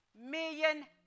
million